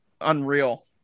unreal